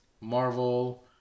Marvel